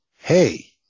hey